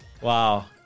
Wow